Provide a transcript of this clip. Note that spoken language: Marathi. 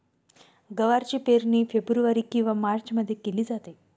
गवारची पेरणी फेब्रुवारी किंवा मार्चमध्ये केली जाते